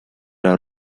are